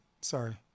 Sorry